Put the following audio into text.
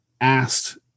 asked